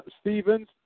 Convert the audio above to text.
Stevens